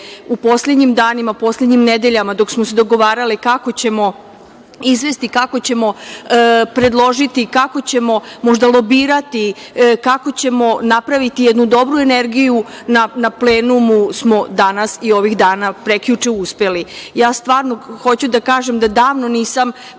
u poslednjim danima, poslednjim nedeljama, dok smo se dogovarale kako ćemo izvesti, kako ćemo predložiti, kako ćemo možda lobirati, kako ćemo napraviti jednu dobru energiju, na plenumu smo danas i ovih dana, prekjuče uspeli. Stvarno hoću da kažem da davno nisam